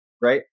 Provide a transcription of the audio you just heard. Right